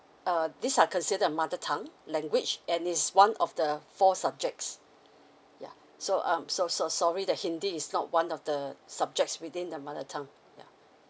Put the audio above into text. uh these are considered a mother tongue language and is one of the four subjects yeah so um so so sorry that hindi is not one of the subjects within the mother tongue yeah